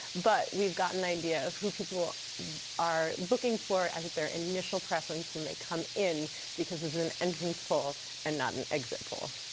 but we've got an idea of who people are looking for as their initial preference when they come in because it's an interest poll and not an exit poll.